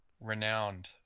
Renowned